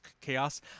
chaos